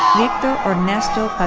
victor ernesto